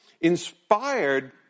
inspired